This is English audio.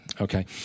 Okay